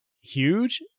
huge